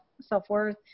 self-worth